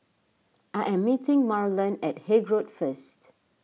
I am meeting Marland at Haig Road first